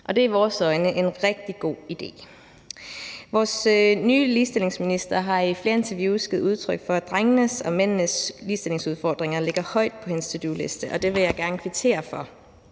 det er i vores øjne en rigtig god idé. Vores nye ligestillingsminister har i flere interviews givet udtryk for, at drengenes og mændenes ligestillingsudfordringer ligger højt på hendes to do-liste, og det vil jeg gerne kvittere for.